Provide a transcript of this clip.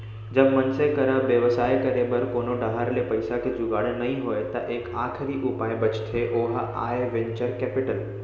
जब मनसे करा बेवसाय करे बर कोनो डाहर ले पइसा के जुगाड़ नइ होय त एक आखरी उपाय बचथे ओहा आय वेंचर कैपिटल